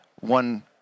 One